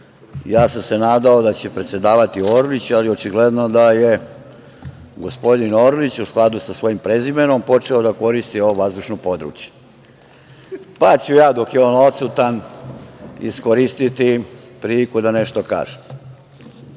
ja sam se nadao da će predsedavati Orlić, ali očigledno da je gospodin Orlić u skladu sa svojim prezimenom počeo da koristi ovo vazdušno područje, pa ću ja dok je on odsutan iskoristiti priliku da nešto kažem. Ne